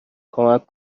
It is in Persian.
کمک